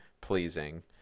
pleasing